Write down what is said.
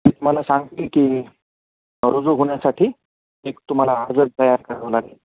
ते तुम्हाला सांगतील की रुजू होण्यासाठी एक तुम्हाला अर्ज तयार करावा लागेल